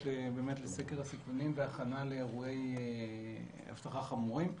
לסקר הסיכונים והכנה לאירוע אבטחה חמורים.